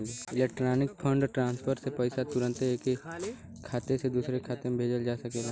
electronic fund transfer से पईसा तुरन्ते ऐक खाते से दुसरे खाते में भेजल जा सकेला